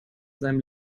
seinem